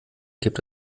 gibt